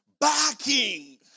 barking